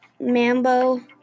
Mambo